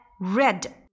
red